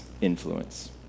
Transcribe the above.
influence